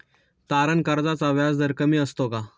तारण कर्जाचा व्याजदर कमी असतो का?